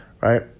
right